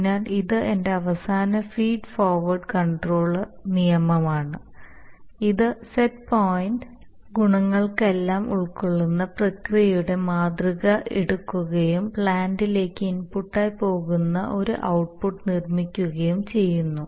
അതിനാൽ ഇത് എന്റെ അവസാന ഫീഡ് ഫോർവേർഡ് കൺട്രോൾ നിയമമാണ് ഇത് സെറ്റ് പോയിൻറ് ഇൻപുട്ട് എടുക്കുന്നു ഡിസ്റ്റർബൻസ് ഇൻപുട്ട് എടുക്കുന്നു ഈ ഗുണകങ്ങളെല്ലാം ഉൾക്കൊള്ളുന്ന പ്രക്രിയയുടെ മാതൃക എടുക്കുകയും പ്ലാന്റിലേക്ക് ഇൻപുട്ടായി പോകുന്ന ഒരു ഔട്ട്പുട്ട് നിർമ്മിക്കുകയും ചെയ്യുന്നു